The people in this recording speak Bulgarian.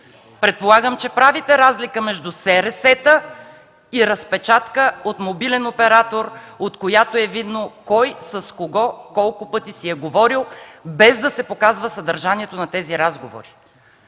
Предполагам, че правите разлика между СРС-та и разпечатка от мобилен оператор, от която е видно кой с кого колко пъти си е говорил, без да се показва съдържанието на тези разговори.